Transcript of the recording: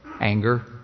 anger